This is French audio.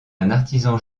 artisan